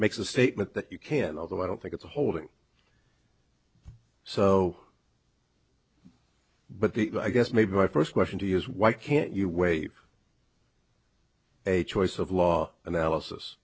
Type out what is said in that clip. makes a statement that you can although i don't think it's a holding so but i guess maybe my first question to you is why can't you wait for a choice of law analysis